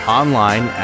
online